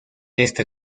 esta